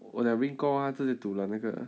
我讲 ringko 他自己堵了那个